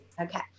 Okay